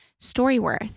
Storyworth